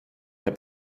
der